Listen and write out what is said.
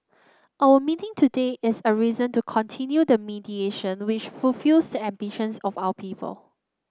our meeting today is a reason to continue the mediation which fulfils the ambitions of our people